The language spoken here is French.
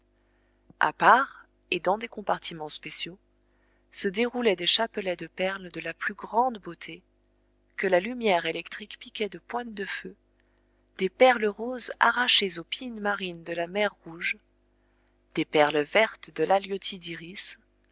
a part et dans des compartiments spéciaux se déroulaient des chapelets de perles de la plus grande beauté que la lumière électrique piquait de pointes de feu des perles roses arrachées aux pinnes marines de la mer rouge des perles vertes de l'haliotyde iris